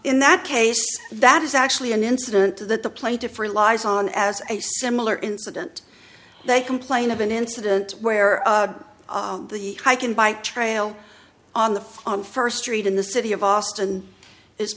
in that case that is actually an incident that the plaintiff for lies on as a similar incident they complain of an incident where the hike in bike trail on the on first street in the city of austin is